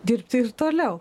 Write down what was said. dirbti ir toliau